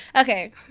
Okay